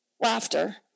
laughter